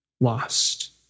Lost